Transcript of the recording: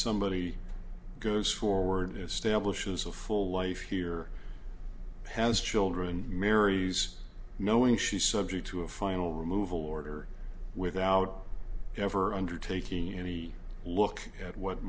somebody goes forward establishes a full life here has children marries knowing she is subject to a final removal order without ever undertaking any look at what